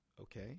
Okay